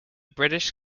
british